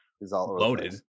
loaded